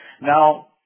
Now